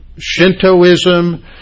Shintoism